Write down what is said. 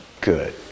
good